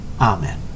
Amen